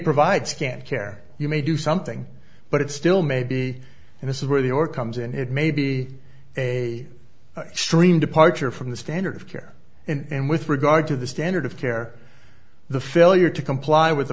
provide scant care you may do something but it still may be and this is where the or comes in it may be a extreme departure from the standard of care and with regard to the standard of care the failure to comply with the